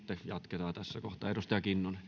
jatketaan tässä kohtaa